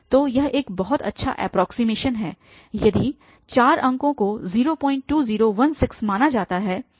तो यह एक बहुत अच्छा एप्रोक्सीमेशन है यदि चार अंकों को 02016 माना जाता है